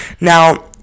Now